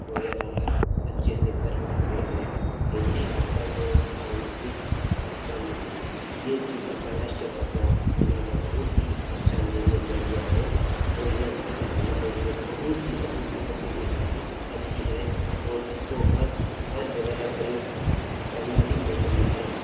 वगैरह अच्छे से कर पाते हैं हिंदी भाषा को हम इस भाषा में देस की भाषा राष्ट्रीय भाषा बनाना बहुत ही अच्छा निर्णय लिया गया है ओर यह भाषा हमारे लिए बहुत ही बहुत ही बहुत ही अच्छी है और इसको हर हर जगह प्रयोग करना भी ज़रूरी है